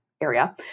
area